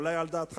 אולי על דעתך,